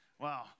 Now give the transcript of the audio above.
Wow